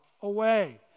away